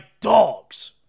dogs